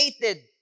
created